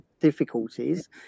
difficulties